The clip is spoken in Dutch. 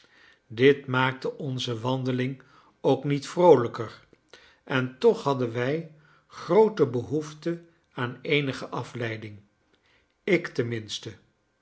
dit maakte onze wandeling ook niet vroolijker en toch hadden wij groote behoefte aan eenige afleiding ik tenminste